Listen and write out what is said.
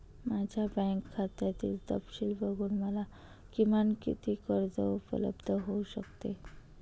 माझ्या बँक खात्यातील तपशील बघून मला किमान किती कर्ज उपलब्ध होऊ शकते?